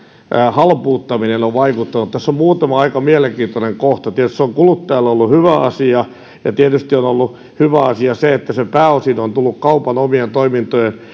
halpuuttaminen on on vaikuttanut tässä on muutama aika mielenkiintoinen kohta tietysti se on kuluttajalle ollut hyvä asia ja tietysti on ollut hyvä asia se että se pääosin on tullut kaupan omien toimintojen